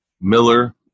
Miller